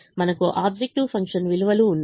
మనకు objective function విలువలు ఉన్నాయి